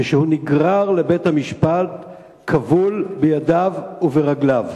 כשהוא נגרר לבית-המשפט כבול בידיו וברגליו.